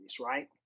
right